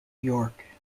york